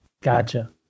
Gotcha